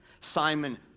Simon